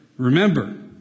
Remember